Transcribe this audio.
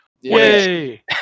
Yay